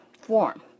form